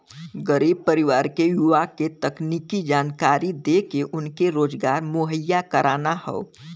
गरीब परिवार के युवा के तकनीकी जानकरी देके उनके रोजगार मुहैया कराना हौ